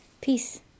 peace